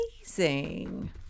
Amazing